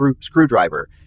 screwdriver